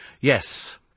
Yes